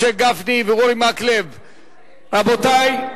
משה, רבותי,